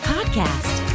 Podcast